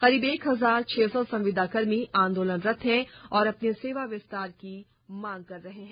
करीब एक हजार छह सौ संविदाकर्मी आंदोलनरत हैं और अपने सेवा विस्तार की मांग कर रहे हैं